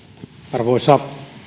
arvoisa